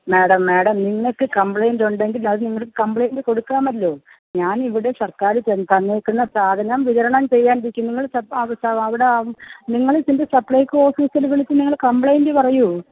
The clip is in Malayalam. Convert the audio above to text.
മാഡം മാഡം നിങ്ങൾക്ക് കമ്പ്ലൈൻറ്റ് ഉണ്ടെങ്കിൽ അത് നിങ്ങൾക്ക് കമ്പ്ലൈൻ്റ് കൊടുക്കാമല്ലോ ഞാൻ ഇവിടെ സർക്കാർ തന്നേക്കുന്ന സാധനം വിതരണം ചെയ്യാനിരിക്കുന്നു നിങ്ങൾ അവിടെ നിങ്ങൾ ഇതിൻ്റെ സപ്ലൈക്കോ ഓഫീസിൽ വിളിച്ചു നിങ്ങൾ കമ്പ്ലൈൻ്റ് പറയൂ